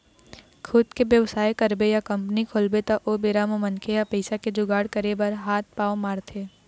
खुद के बेवसाय करबे या कंपनी खोलबे त ओ बेरा म मनखे ह पइसा के जुगाड़ करे बर हात पांव मारथे